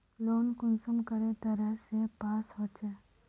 Loan कुंसम करे तरह से पास होचए?